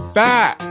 back